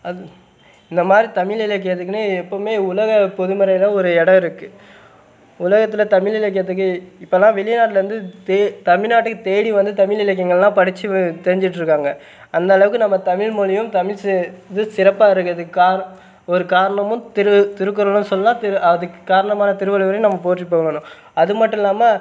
அது இந்தமாதிரி தமிழ் இலக்கியத்துக்குன்னே எப்போதுமே உலகப் பொதுமறையில் ஒரு இடம் இருக்குது உலகத்தில் தமிழ் இலக்கியத்துக்கு இப்போல்லாம் வெளிநாட்லருந்து தே தமிழ்நாட்டுக்கு தேடிவந்து தமிழ் இலக்கியங்களெலாம் படிச்சு வே தெரிஞ்சுட்டுருக்காங்க அந்தளவுக்கு நம்ம தமிழ் மொழியும் தமிழ் சே இது சிறப்பாக இருக்கிறதுக்கு கார் ஒரு காரணமும் திரு திருக்குறளும் சொல்லலாம் திரு அதுக்கு காரணமான திருவள்ளுவரையும் நம்ம போற்றிப் புகழணும் அது மட்டுல்லாமல்